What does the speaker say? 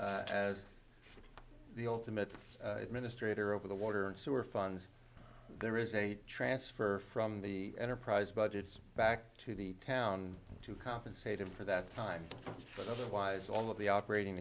as the ultimate administrator over the water and sewer funds there is a transfer from the enterprise budgets back to the town to compensate him for that time but otherwise all of the operating